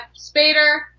Spader